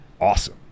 awesome